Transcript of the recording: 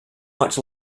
much